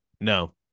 No